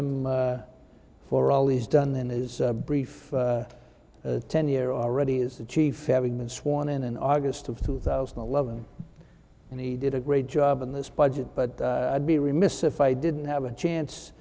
him for all these done then his brief ten year already is the chief having been sworn in in august of two thousand and eleven and he did a great job in this budget but i'd be remiss if i didn't have a chance